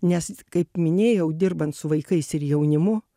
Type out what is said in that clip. nes kaip minėjau dirbant su vaikais ir jaunimu